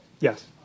Yes